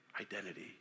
identity